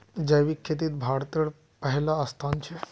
जैविक खेतित भारतेर पहला स्थान छे